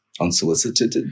unsolicited